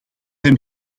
hem